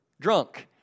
Drunk